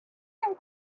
and